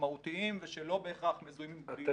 משמעותיים ושלא בהכרח מזוהים עם --- אתה